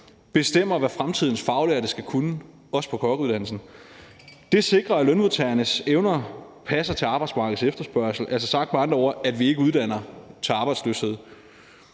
bestemmer, hvad fremtidens faglærte skal kunne, også på kokkeuddannelsen. Det sikrer, at lønmodtagernes evner passer til arbejdsmarkedets efterspørgsel, altså sagt med andre ord: at vi ikke uddanner til arbejdsløshed.